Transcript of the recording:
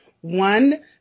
One